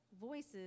voices